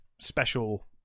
special